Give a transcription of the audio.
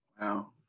Wow